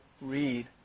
read